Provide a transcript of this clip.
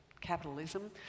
capitalism